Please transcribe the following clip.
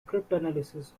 cryptanalysis